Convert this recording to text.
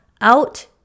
out